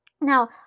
Now